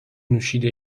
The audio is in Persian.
نوشیده